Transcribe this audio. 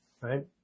right